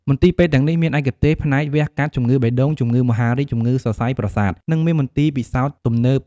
មន្ទីរពេទ្យទាំងនេះមានឯកទេសផ្នែកវះកាត់ ជំងឺបេះដូង ជំងឺមហារីក ជំងឺសរសៃប្រសាទ និងមានមន្ទីរពិសោធន៍ដ៏ទំនើប។